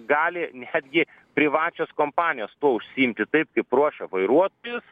gali netgi privačios kompanijos tuo užsiimti taip kaip ruošia vairuotojus